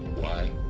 why?